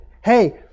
Hey